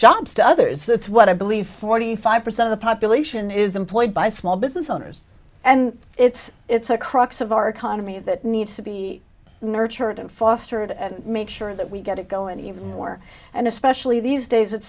jobs to others it's what i believe forty five percent of the population is employed by small business owners and it's it's a crux of our economy that needs to be nurtured and fostered and make sure that we get it go and even more and especially these days it's